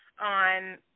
on